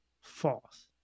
false